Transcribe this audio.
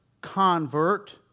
convert